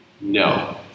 No